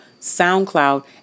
SoundCloud